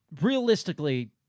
realistically